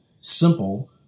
simple